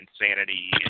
Insanity